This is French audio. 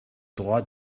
droit